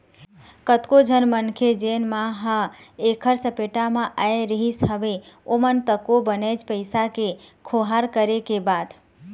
कतको झन मनखे जेन मन ह ऐखर सपेटा म आय रिहिस हवय ओमन तको बनेच पइसा के खोहार करे के बाद